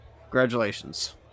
congratulations